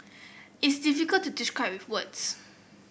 it's difficult to describe with words